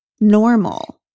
normal